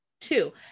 Two